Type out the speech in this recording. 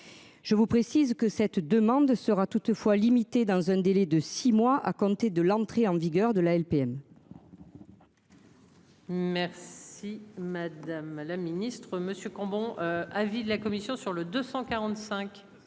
Je vous précise que cette demande sera toutefois limitée dans un délai de 6 mois à compter de l'entrée en vigueur de la LPM. Merci madame la ministre monsieur Cambon avis de la commission sur le 245.